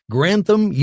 Grantham